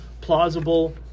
plausible